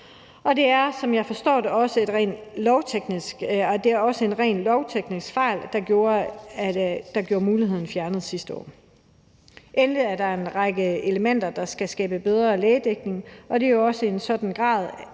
Det er, som jeg forstår det, også en rent lovteknisk fejl, der har gjort, at muligheden blev fjernet sidste år. Endelig er der en række elementer, der skal skabe bedre lægedækning, og det er jo også i den grad